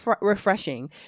refreshing